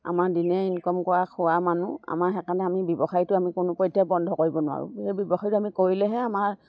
আমাৰ দিনে ইনকম কৰা খোৱা মানুহ আমাৰ সেইকাৰণে আমি ব্যৱসায়টো আমি কোনোপধ্যে বন্ধ কৰিব নোৱাৰোঁ ব্যৱসায়টো আমি কৰিলেহে আমাৰ